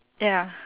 ya